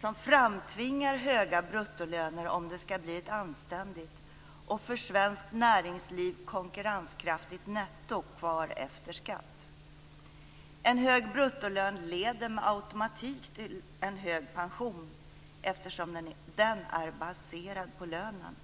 som framtvingar höga bruttolöner om det skall bli ett anständigt och för svensk näringsliv konkurrenskraftigt netto kvar efter skatt. En hög bruttolön leder med automatik till en hög pension, eftersom den är baserad på lönen.